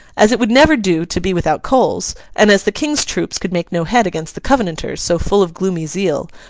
as it would never do to be without coals, and as the king's troops could make no head against the covenanters so full of gloomy zeal,